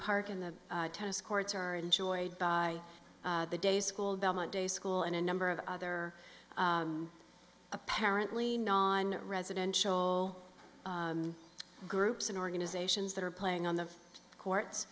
park and the tennis courts are enjoyed by the day's school belmont day school and a number of other apparently non residential groups and organizations that are playing on the courts